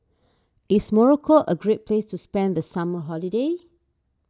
is Morocco a great place to spend the summer holiday